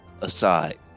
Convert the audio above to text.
aside